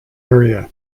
area